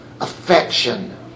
affection